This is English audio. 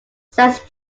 says